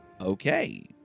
Okay